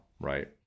Right